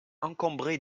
encombré